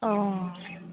अ